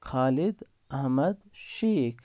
Khalid Ahmed Sheikh